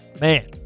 man